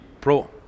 Pro